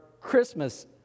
Christmas